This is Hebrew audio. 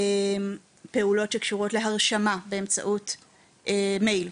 פעולות שקשורות להרשמה באמצעות מיילים,